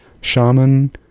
Shaman